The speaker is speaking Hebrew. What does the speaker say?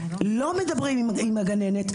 לא מדברים עם הגננת.